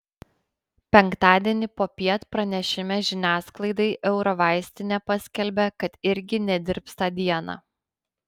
penktadienį popiet pranešime žiniasklaidai eurovaistinė paskelbė kad irgi nedirbs tą dieną